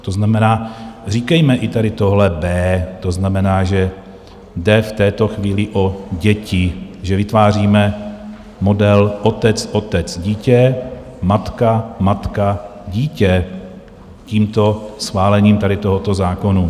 To znamená, říkejme i tady tohle B. To znamená, že jde v této chvíli o děti, že vytváříme model otecotecdítě, matkamatkadítě, tímto schválením tady tohoto zákona.